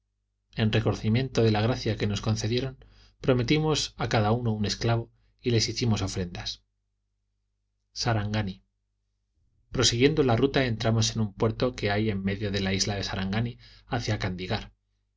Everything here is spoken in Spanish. reconocimiento de la gracia que nos concedieron prometimos a cada uno un esclavo y les hicimos ofrendas sarangani prosiguiendo la ruta entramos en un puerto que hay en medio de la isla de sarangani hacia candigar